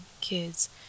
kids